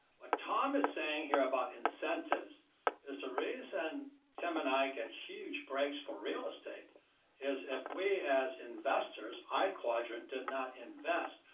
what tom is saying here about incentives is to raise and kim and i get huge breaks for real estate is if we, as investors i quadrant did not invest,